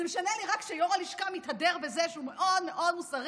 זה משנה לי רק כאשר יו"ר הלשכה מתהדר בזה שהוא מאוד מוסרי,